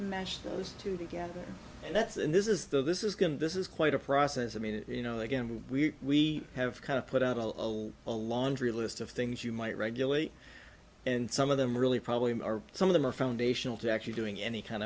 mash those two together and that's and this is the this is going this is quite a process i mean you know again we have kind of put out a lot a laundry list of things you might regulate and some of them really probably some of them are foundational to actually doing any kind